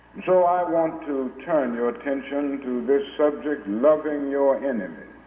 so i want to turn your attention to this subject loving your enemies.